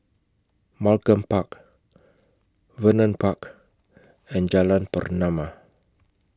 Malcolm Park Vernon Park and Jalan Pernama